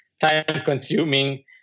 time-consuming